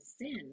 sin